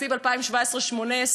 תקציב 2017 2018,